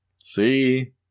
See